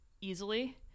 easily